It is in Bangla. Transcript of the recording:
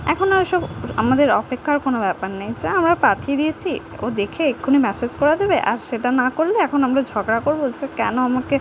এখন আর ও সব আমাদের অপেক্ষার কোনো ব্যাপার নেই যা আমরা পাঠিয়ে দিয়েছি ও দেখে এখনই মেসেজ করে দেবে আর সেটা না করলে এখন আমরা ঝগড়া করব সে কেন আমাকে